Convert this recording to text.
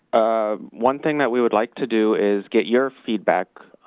ah one thing that we would like to do is get your feedback